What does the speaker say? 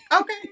Okay